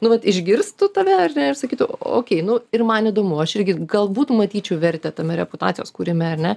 nu vat išgirstų tave ar ne ir sakytų okei nu ir man įdomu aš irgi galbūt matyčiau vertę tame reputacijos kūrime ar ne